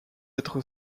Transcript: être